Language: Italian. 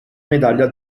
medaglia